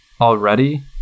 already